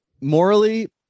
morally